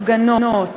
הפגנות,